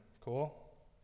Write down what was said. Cool